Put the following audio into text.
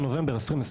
בנובמבר 2021,